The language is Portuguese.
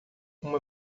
uma